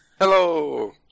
Hello